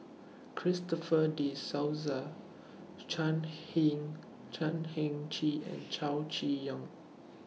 Christopher De Souza Chan Heng Chan Heng Chee and Chow Chee Yong